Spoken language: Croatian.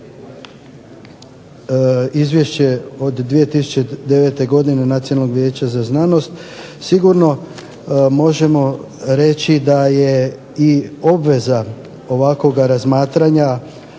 izvješće od 2009. godine Nacionalnog vijeća za znanost sigurno možemo reći da je i obveza ovakvoga razmatranja,